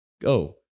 go